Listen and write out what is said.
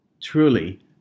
Truly